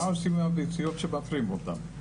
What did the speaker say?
מה עושים עם הביציות שמפרים אותן?